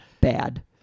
Bad